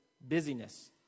busyness